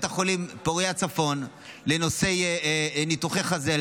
החולים פורייה צפון לנושאי ניתוחי חזה.